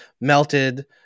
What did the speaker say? melted